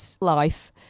life